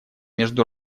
между